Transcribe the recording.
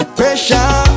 pressure